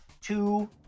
Two